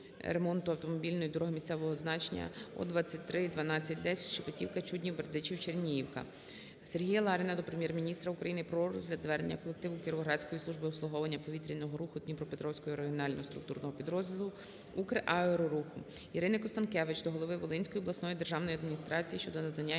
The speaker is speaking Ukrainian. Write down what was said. ремонту автомобільної дороги місцевого значення О231210 Шепетівка-Чуднів-Бердичів-Черніївка. Сергія Ларіна до Прем'єр-міністра України про розгляд звернення колективу Кіровоградської служби обслуговування повітряного руху Дніпропетровського регіонального структурного підрозділу Украероруху. Ірини Констанкевич до голови Волинської обласної державної адміністрації щодо надання інформації